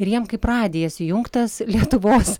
ir jiem kaip radijas įjungtas lietuvos